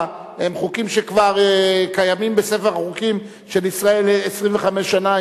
הם חוקים שכבר קיימים בספר החוקים של ישראל 25 שנה,